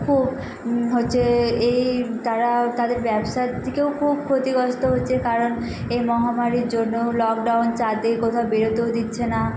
খুব হচ্ছে এই তারা তাদের ব্যবসা থেকেও খুব ক্ষতিগস্থ হচ্ছে কারণ এই মহামারীর জন্য লকডাউন চারদিকে কোথাও বেরোতেও দিচ্ছে না